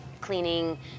cleaning